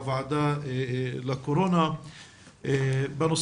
והוועדה המיוחדת לעניין נגיף הקורונה החדש ולבחינת היערכות המדינה